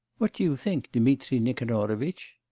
what do you think, dmitri nikanorovitch